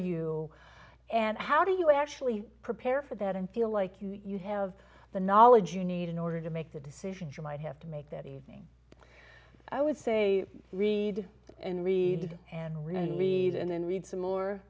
you and how do you actually prepare for that and feel like you have the knowledge you need in order to make the decisions you might have to make that evening i would say read and read and we're going to be and then read some more